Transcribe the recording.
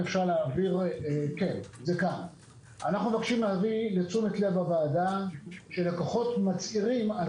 אנחנו מבקשים להביא לתשומת לב הוועדה שלקוחות מצהירים על